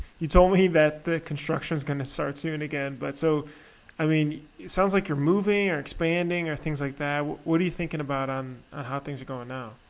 you told me that the construction's gonna start soon again but so i mean it sounds like you're moving or expanding, or things like that. what are you thinking about on how things are going now?